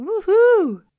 Woohoo